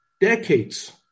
decades